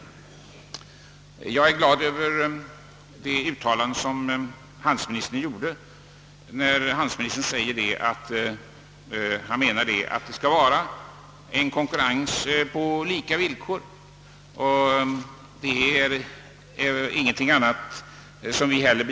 Jag är glad över handelsministerns uttalande, att det måste vara en konkurrens på lika villkor. Det är ingenting annat vi begär.